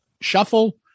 shuffle